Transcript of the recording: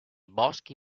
boschi